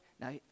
Now